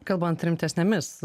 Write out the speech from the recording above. kalbant rimtesnėmis